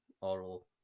oral